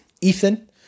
Ethan